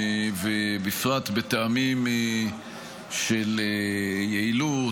ובפרט בטעמים של יעילות,